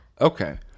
Okay